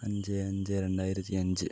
അഞ്ച് അഞ്ച് രണ്ടായിരത്തി അഞ്ച്